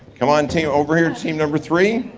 come on team over here, team number three.